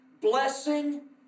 blessing